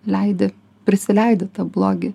leidi prisileidi tą blogį